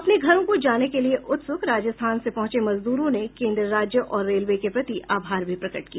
अपने घरों को जाने के लिए उत्सुक राजस्थान से पहुंचे मजदूरों ने केन्द्र राज्य और रेलवे के प्रति आभार भी प्रकट किया